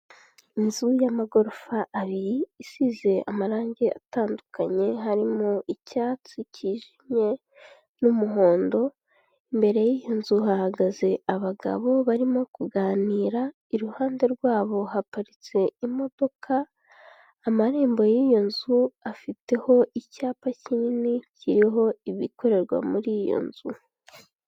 Inzu y'amagorofa abiri, isize amarangi atandukanye, harimo icyatsi cyijimye, n'umuhondo, imbere yiyo nzu hahagaze abagabo barimo kuganira, iruhande rwabo haparitse imodoka, amarembo y'iyo nzu, afiteho icyapa kinini kiriho ibikorerwa muri iyo nzu.